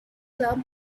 club